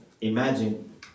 imagine